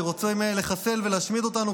שרוצים לחסל ולהשמיד אותנו,